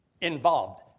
involved